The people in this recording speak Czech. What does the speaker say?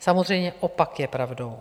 Samozřejmě opak je pravdou.